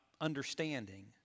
understanding